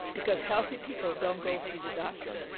because healthy people don't go see the doctor.